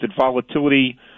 volatility